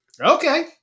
Okay